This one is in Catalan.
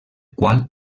qual